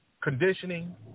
conditioning